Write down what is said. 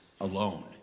alone